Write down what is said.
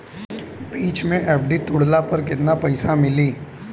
बीच मे एफ.डी तुड़ला पर केतना पईसा मिली?